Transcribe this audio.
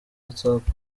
whatsapp